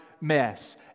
mess